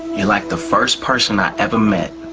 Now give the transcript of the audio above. you're like the first person i ever met